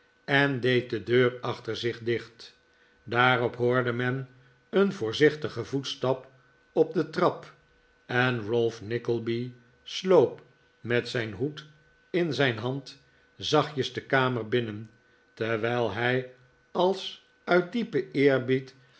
en deed de deur achter zich dicht daarop hoorde men een voorzichtigen voetstap op de trap en ralph nickleby sloop met zijn hoed in zijn hand zachtjes de kamer binnen terwijl hij als uit diepen eerbied